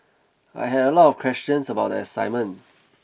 I had a lot of questions about the assignment